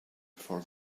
for